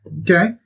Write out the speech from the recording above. Okay